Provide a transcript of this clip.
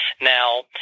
Now